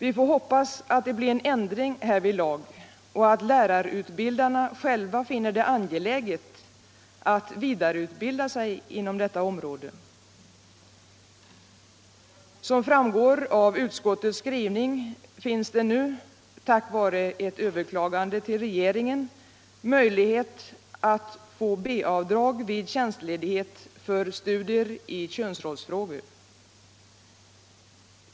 Vi får hoppas att det blir en ändring härvidlag och att lärarutbildarna själva finner det angeläget att vidareutbilda sig inom detta område. Som framgår av utskottets skrivning finns det nu, tack vare ett överklagande till regeringen, möjlighet att få B-avdrag vid tjänstledighet för studier i könsrollsfrågor.